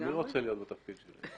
רוצה להיות בתפקיד שלי?